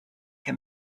can